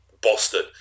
Boston